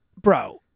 Bro